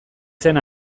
zen